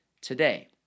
today